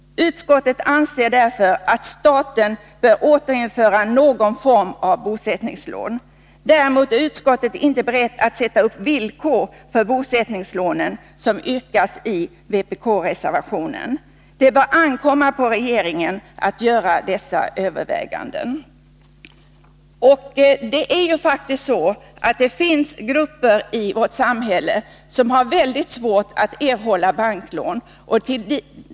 Utskottet anser därför att staten bör införa någon form av bosättningslån. Däremot är utskottet inte berett att ställa upp villkor för bosättningslånen, som yrkas i vpk-reservationen. Det bör ankomma på regeringen att göra dessa överväganden. Det finns faktiskt grupper i vårt samhälle som har mycket svårt att erhålla banklån.